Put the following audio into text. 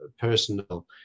personal